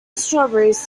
strawberries